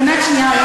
באמת שנייה.